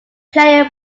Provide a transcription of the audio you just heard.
player